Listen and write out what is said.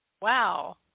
Wow